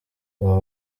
abo